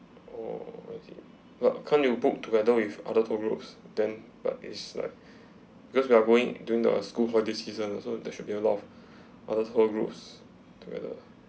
oh okay but can't you book together with other tour groups then but it's like because we are going during the school holiday season also there should be a lot of other tour groups together